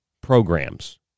programs